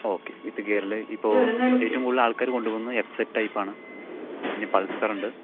okay with ഗിയറിൽ ഇപ്പോൾ ഏറ്റവും കൂടുതൽ ആൾക്കാർ കൊണ്ടുപോകുന്നത് എഫ് സെഡ് ടൈപ്പ് ആണ് പിന്നെ പൾസർ ഉണ്ട്